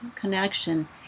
connection